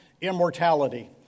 immortality